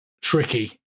tricky